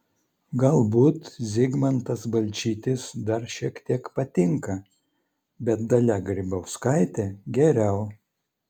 galbūt zigmantas balčytis dar šiek tiek patinka bet dalia grybauskaitė geriau